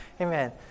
Amen